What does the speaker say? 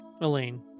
Elaine